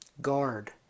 Guard